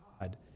God